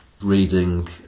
reading